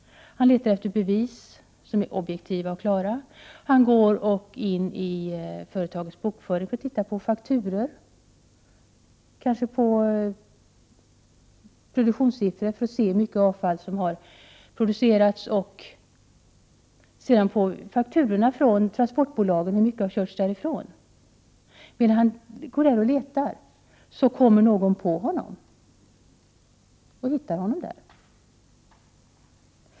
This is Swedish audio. Han letar efter bevis som är objektiva och klara. Han går in i företagets bokföring för att titta på fakturor, kanske på produktionssiffror för att se hur mycket avfall som har producerats. Sedan ser han efter på fakturorna från transportbolaget hur mycket som har körts därifrån. När han går där och letar stöter någon på honom.